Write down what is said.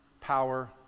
power